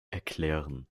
erklären